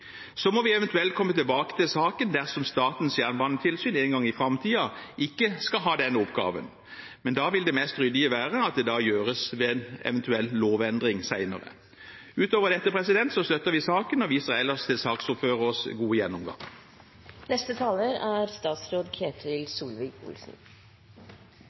Så må vi eventuelt komme tilbake til saken dersom Statens jernbanetilsyn en gang i framtiden ikke skal ha denne oppgaven, men da vil det mest ryddige være at det gjøres ved en eventuell lovendring senere. Utover dette støtter vi saken og viser ellers til saksordførerens gode gjennomgang. Mange har allerede vært inne på at det gjerne ikke er